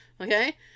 Okay